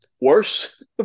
worse